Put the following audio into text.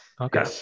Okay